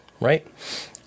right